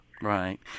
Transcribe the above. right